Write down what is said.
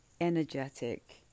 energetic